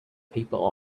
people